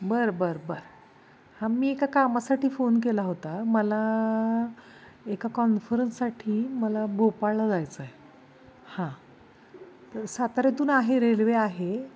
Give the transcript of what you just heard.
बरं बरं बरं हां मी एका कामासाठी फोन केला होता मला एका कॉन्फरन्ससाठी मला भोपाळला जायचं आहे हां तं साताऱ्यातून आहे रेल्वे आहे